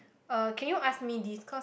uh can you ask me this cause